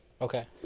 Okay